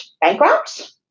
bankrupt